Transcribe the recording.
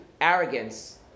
arrogance